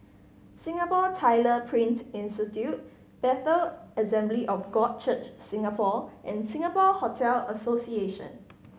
Singapore Tyler Print Institute Bethel Assembly of God Church Singapore and Singapore Hotel Association